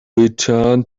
return